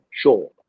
sure